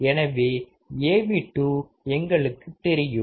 எனவே Av2 எங்களுக்கு தெரியும்